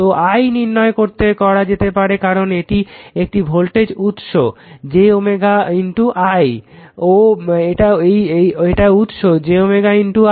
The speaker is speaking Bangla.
তো i নির্ণয় করা যেতে পারে কারণ এটা একটি ভোল্টেজ উৎস j i ও এটা উৎস j i